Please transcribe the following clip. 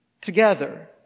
together